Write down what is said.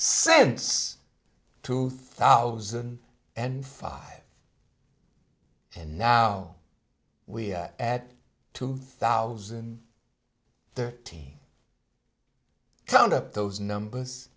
sense to thousand and five and now we are at two thousand thirteen count up those numbers